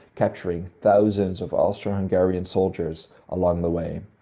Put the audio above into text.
capturing thousands of austro-hungarian soldiers along the way.